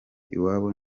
iwabo